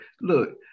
look